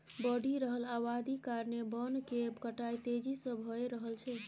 बढ़ि रहल अबादी कारणेँ बन केर कटाई तेजी से भए रहल छै